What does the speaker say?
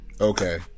okay